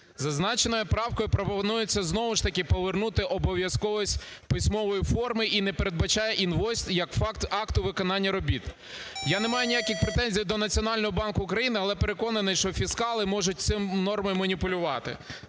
Зазначеною правкою пропонується знову ж таки повернути обов'язковість письмової форми і не передбачає інвойс як факт акту виконання робіт. Я не маю ніяких претензій до Національного банку України, але переконаний, що фіскали можуть цією нормою маніпулювати.